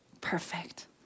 Perfect